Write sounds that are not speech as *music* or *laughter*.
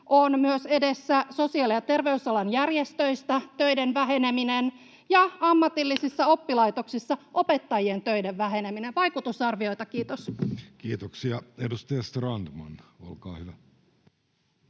myös sosiaali- ja terveysalan järjestöistä töiden väheneminen ja *noise* ammatillisissa oppilaitoksissa opettajien töiden väheneminen? Vaikutusarvioita, kiitos. Kiitoksia. — Edustaja Strandman, olkaa hyvä.